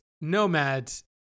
nomads